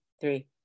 three